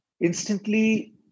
instantly